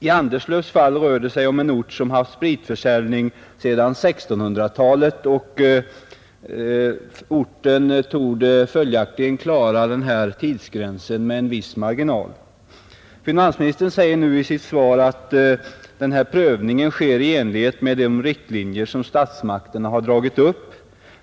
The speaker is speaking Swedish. I Anderslövs fall rör det sig om en ort som haft spritförsäljning sedan 1600-talet. Orten torde följaktligen klara den angivna tidsgränsen med en viss marginal. Finansministern säger nu i sitt svar att prövningen sker i enlighet med de riktlinjer som statsmakterna har dragit upp.